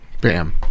Bam